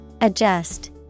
Adjust